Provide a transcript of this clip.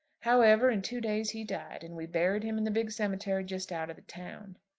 however, in two days he died and we buried him in the big cemetery just out of the town.